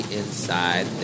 inside